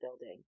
building